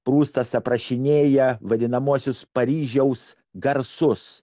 prustas aprašinėja vadinamuosius paryžiaus garsus